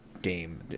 game